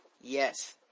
Yes